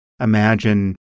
imagine